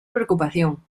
preocupación